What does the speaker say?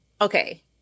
okay